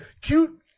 cute